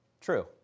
true